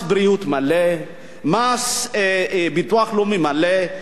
מס בריאות מלא, מס ביטוח לאומי מלא.